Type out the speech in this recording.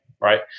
right